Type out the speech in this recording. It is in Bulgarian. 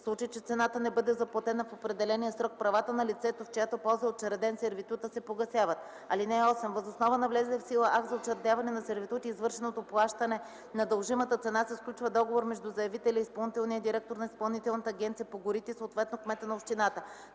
В случай че цената не бъде заплатена в определения срок, правата на лицето, в чиято полза е учреден сервитутът, се погасяват. (8) Въз основа на влезлия в сила акт за учредяване на сервитут и извършеното плащане на дължимата цена се сключва договор между заявителя и изпълнителния директор на Изпълнителната агенция по горите, съответно кмета на общината.